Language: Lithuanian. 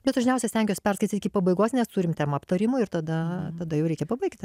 bet dažniausiai stengiuos perskaityti iki pabaigos nes turim temą aptarimui ir tada tada jau reikia pabaigti